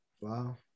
wow